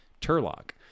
Turlock